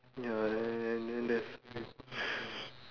ya and then there's